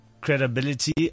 credibility